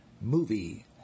Movie